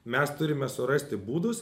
mes turime surasti būdus